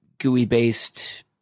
GUI-based